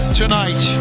tonight